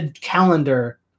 calendar